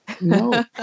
No